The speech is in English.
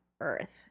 earth